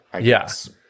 yes